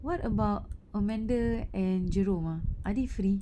what about amanda and jerome ah are they free